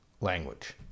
language